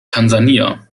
tansania